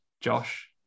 Josh